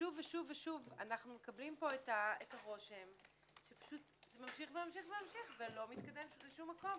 ששוב ושוב אנחנו מקבלים פה את הרושם שזה ממשיך ולא מתקדם לשום מקום?